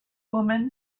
woman